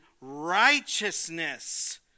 righteousness